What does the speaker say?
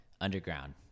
Underground